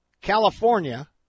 California